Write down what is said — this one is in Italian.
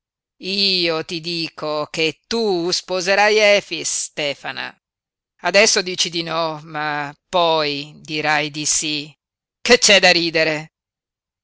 io ti dico che tu sposerai efix stefana adesso dici di no ma poi dirai di sí che c'è da ridere